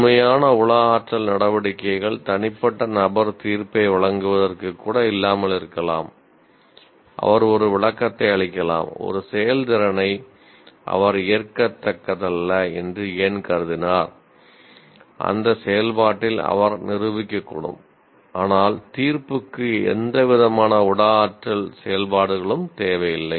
உண்மையான உள ஆற்றல் நடவடிக்கைகள் தனிப்பட்ட நபர் தீர்ப்பை வழங்குவதற்கு கூட இல்லாமல் இருக்கலாம் அவர் ஒரு விளக்கத்தை அளிக்கலாம் ஒரு செயல்திறனை அவர் ஏற்கத்தக்கதல்ல என்று ஏன் கருதினார் அந்த செயல்பாட்டில் அவர் நிரூபிக்கக்கூடும் ஆனால் தீர்ப்புக்கு எந்தவிதமான உள ஆற்றல் செயல்பாடுகளும் தேவையில்லை